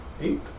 eight